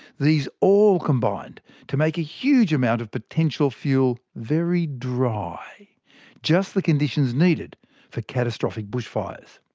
these all combined to make a huge amount of potential fuel very dry just the conditions needed for catastrophic bushfires.